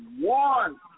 one